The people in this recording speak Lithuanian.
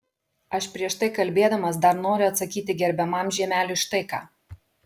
aš prieš tai kalbėdamas dar noriu atsakyti gerbiamam žiemeliui štai ką